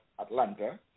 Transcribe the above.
Atlanta